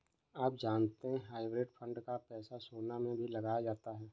आप जानते है हाइब्रिड फंड का पैसा सोना में भी लगाया जाता है?